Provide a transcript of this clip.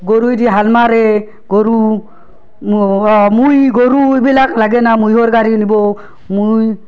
গৰুৱে দি হাল মাৰে গৰু মুই গৰু এইবিলাক লাগেনা মুইহোৰ গাড়ী নিবো মুই